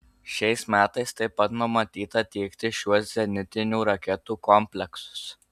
šiais metais taip pat numatyta tiekti šiuos zenitinių raketų kompleksus